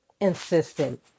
insistent